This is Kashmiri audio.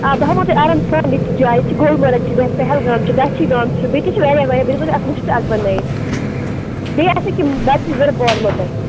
آ بہٕ ہیٚمہو تۄہہِ آرام سان ییٚتہِ چہِ جایہِ ییٚتہِ چھُ گُلمَرگ ییٚتہِ چھُ پہلگام چھُ داچھی گام چھُ بیٚیہِ تہِ چھِ واریاہ واریاہ بہٕ دِمہو تۄہہِ اکھ لِسٹ اَکھ بنٲوِتھ بیٚیہِ آسہِ کیٚنٛہہ باقٕے ضروٗرت بہٕ وَنہو تۄہہِ